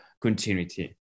continuity